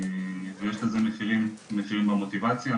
ויש לזה מחירים במוטיבציה,